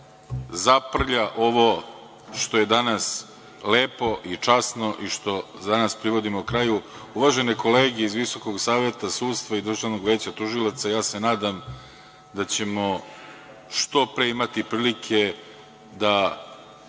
zaprlja ovo što je danas lepo i časno i danas prividimo kraju. Uvažene kolege iz Visokog saveta sudstva i Državnog veća tužilaca, nadam se da ćemo što pre imati prilike da